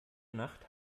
nacht